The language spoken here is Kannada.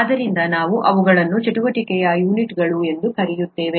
ಆದ್ದರಿಂದ ನಾವು ಅವುಗಳನ್ನು ಚಟುವಟಿಕೆಯ ಯೂನಿಟ್ಗಳು ಎಂದು ಕರೆಯುತ್ತೇವೆ